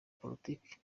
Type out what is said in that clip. politiki